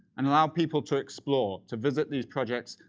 and allow people to explore, to visit these projects,